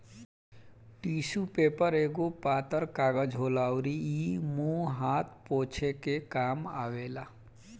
tissue paper एगो पातर कागज होला अउरी इ मुंह हाथ पोछे के काम आवेला